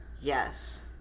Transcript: Yes